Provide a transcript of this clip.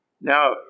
Now